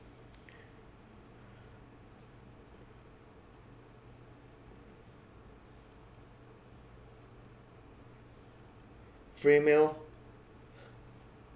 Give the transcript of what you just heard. free meal